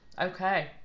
Okay